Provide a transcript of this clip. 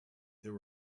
there